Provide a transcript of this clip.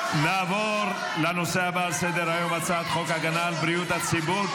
--- נעבור לנושא הבא על סדר-היום: הצעת חוק הגנה על בריאות הציבור,